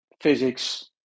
physics